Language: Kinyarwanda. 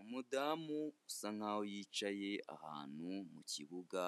Umudamu usa nkaho yicaye ahantu mu kibuga,